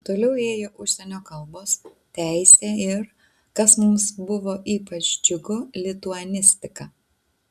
toliau ėjo užsienio kalbos teisė ir kas mums buvo ypač džiugu lituanistika